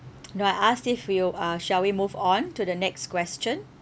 no I asked if you uh shall we move on to the next question